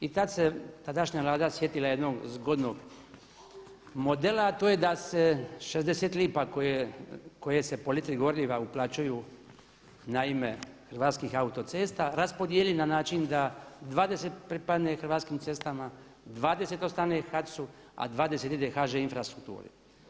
I tad se tadašnja Vlada sjetila jednog zgodnog modela, a to je da se 60 lipa koje se po litri goriva uplaćuju na ime Hrvatskih autocesta raspodijeli na način da 20 pripadne Hrvatskim cestama, 20 ostane HAC-u, a 20 ide HŽ Infrastrukturi.